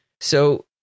So-